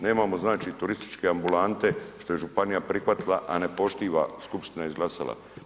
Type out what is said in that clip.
Nemamo znači turističke ambulante što je županija prihvatila, a ne poštiva, skupština izglasala.